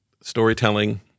storytelling